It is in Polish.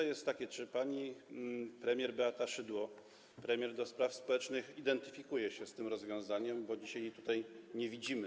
Jest pytanie, czy pani premier Beata Szydło, premier do spraw społecznych, identyfikuje się z tym rozwiązaniem, bo dzisiaj jej tutaj nie widzimy.